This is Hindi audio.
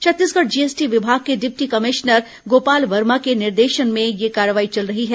छत्तीसगढ़ जीएसटी विभाग के डिप्टी कमिश्नर गोपाल वर्मा के निर्देशन पर यह कार्रवाई चल रही है